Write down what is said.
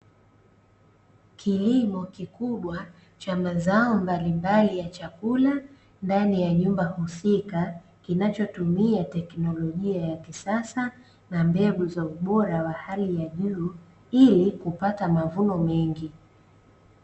Kilimo kikubwa cha mazao mbalimbali ya chakula ndani ya nyumba husika, kinachotumia teknolojia ya kisasa na mbegu za ubora wa hali ya juu ili kupata mavuno mengi.